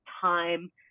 time